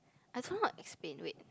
I don't know how to explain wait